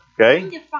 Okay